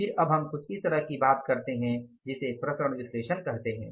फिर अब हम कुछ इस तरह की बात करते हैं जिसे विचरण विश्लेषण कहते हैं